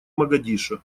могадишо